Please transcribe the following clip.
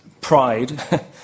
pride